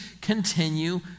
continue